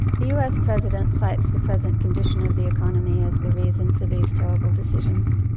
the us president cites the present condition of the economy as the reason for these terrible decisions.